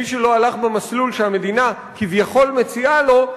מי שלא הלך במסלול שהמדינה כביכול מציעה לו,